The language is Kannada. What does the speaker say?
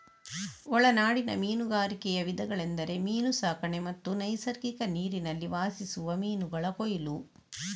ಒಳನಾಡಿನ ಮೀನುಗಾರಿಕೆಯ ವಿಧಗಳೆಂದರೆ ಮೀನು ಸಾಕಣೆ ಮತ್ತು ನೈಸರ್ಗಿಕ ನೀರಿನಲ್ಲಿ ವಾಸಿಸುವ ಮೀನುಗಳ ಕೊಯ್ಲು